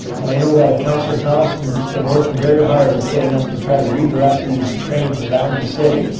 and i know that councilor thomson's been working very hard at getting us to try to redirect these trains around the city.